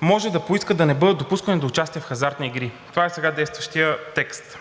може да поискат да не бъдат допускани до участие в хазартни игри. Това е сега действащият текст.